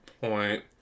point